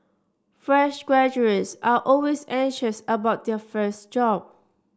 fresh graduates are always anxious about their first job